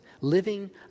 Living